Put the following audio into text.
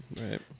right